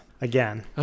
again